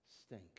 stink